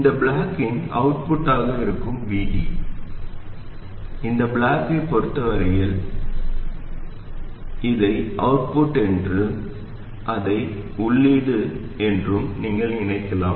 இந்த பிளாக்கின் அவுட்புட்டாக இருக்கும் Vd இந்த பிளாக்கைப் பொறுத்த வரையில் இதை அவுட்புட் என்றும் இதை உள்ளீடு என்றும் நீங்கள் நினைக்கலாம்